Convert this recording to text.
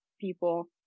people